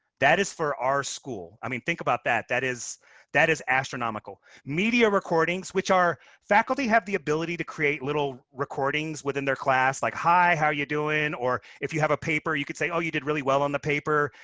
that is for our school. i mean, think about that. that is that is astronomical. media recordings, which our faculty have the ability to create little recordings within their class like hi, how are you doing? or if you have a paper, you could say, oh, you did really well on the paper.